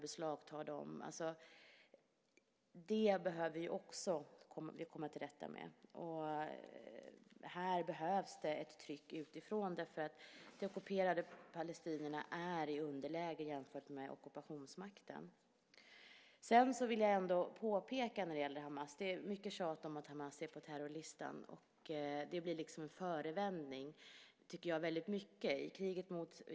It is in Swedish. Det behöver man också komma till rätta med. Och här behövs det ett tryck utifrån. De ockuperade palestinierna är nämligen i underläge jämfört med ockupationsmakten. När det gäller Hamas vill jag ändå påpeka en sak. Det är mycket tjat om att Hamas är på terrorlistan, och det blir i väldigt mycket en förevändning.